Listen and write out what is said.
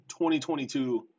2022